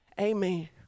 Amen